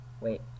Wait